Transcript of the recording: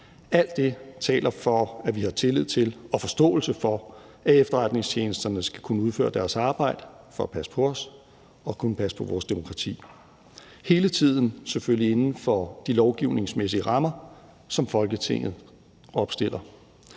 Alt det taler for, at vi har tillid til og forståelse for, at efterretningstjenesterne skal kunne udføre deres arbejde for at passe på os og kunne passe på vores demokrati, hele tiden selvfølgelig inden for de lovgivningsmæssige rammer, som Folketinget opstiller.